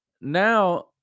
now